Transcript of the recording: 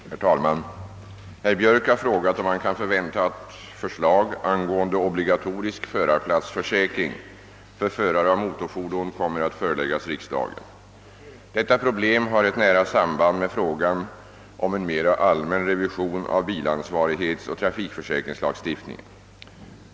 Herr talman! Herr Björk har frågat, om man kan förvänta att förslag angående obligatorisk förarplatsförsäkring för förare av motorfordon kommer att föreläggas riksdagen. Detta problem har ett nära samband med frågan om en mera allmän revision av bilansvarighetsoch trafikförsäkringslagstiftningen.